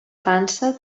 pansa